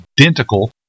identical